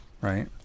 right